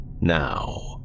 Now